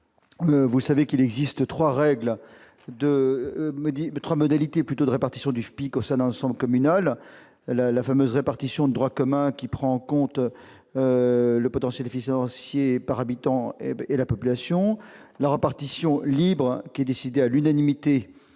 collègues, il existe trois modalités de répartition du FPIC au sein d'un ensemble intercommunal : la fameuse répartition de droit commun, qui prend en compte le potentiel financier par habitant et la population ; une répartition libre qui est décidée à l'unanimité